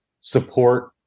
support